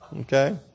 okay